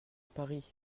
paris